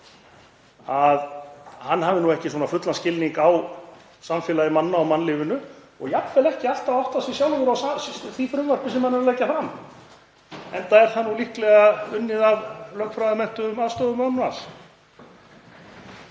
að hann hafi nú ekki fullan skilning á samfélagi manna og mannlífinu og jafnvel ekki alltaf áttað sig sjálfur á því frumvarpi sem hann er að leggja fram, enda er það nú líklega unnið af lögfræðimenntuðum aðstoðarmönnum